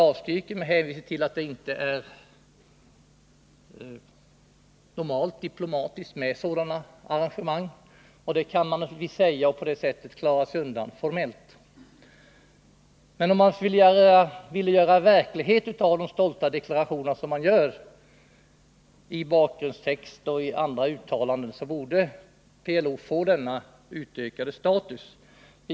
Motiveringen är den att förbindelsekontor inte är ett normalt diplomatiskt arrangemang. Det kan man naturligtvis säga och på det sättet klara sig undan formellt. Men om man vill göra verklighet av de stolta deklarationer som gjorts i bakgrundstexten och andra uttalanden, borde PLO få den utökade status som vi har begärt.